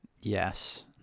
Yes